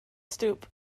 stoop